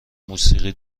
موسیقی